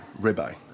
ribeye